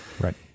Right